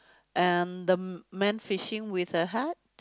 and the man fishing with the hat